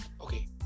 okay